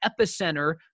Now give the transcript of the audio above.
epicenter